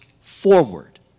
forward